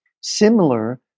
similar